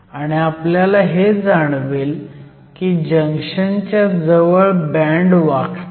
आणि आपल्याला हे जाणवेल की जंक्शनच्या जवळ बँड वाकतात